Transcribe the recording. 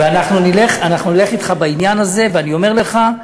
ואנחנו נלך אתך בעניין הזה, ואני אומר לך: